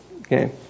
Okay